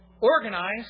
Organize